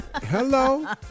Hello